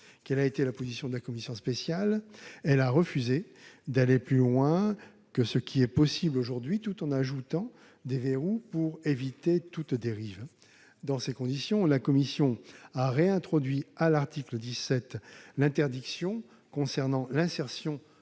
embryonnaires humaines. La commission spéciale a refusé d'aller plus loin que ce qui est possible aujourd'hui, tout en ajoutant des verrous pour éviter toute dérive. Dans ces conditions, la commission spéciale a réintroduit, à l'article 17, l'interdiction visant l'insertion